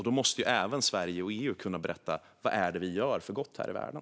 Då måste även Sverige och EU kunna berätta vad det är vi gör för gott här i världen.